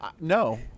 No